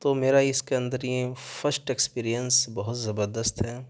تو میرا اس کے اندر یہ فسٹ ایکسپریئنس بہت زبردست ہے